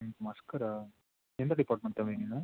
ம் அஸ்கரா எந்த டிபார்ட்மெண்ட் தம்பி நீங்கள்